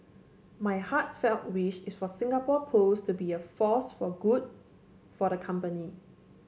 my heartfelt wish is for Singapore Pools to be a force for good for the company